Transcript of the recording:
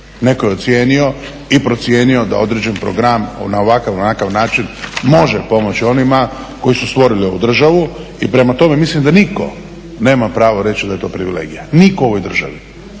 Netko je ocijenio i procijenio da određen program na ovakav ili onakav način može pomoći onima koji su stvorili ovu državu. I prema tome mislim da nitko nema pravo reći da je to privilegija, nitko u ovoj državi.